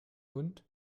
hund